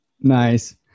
Nice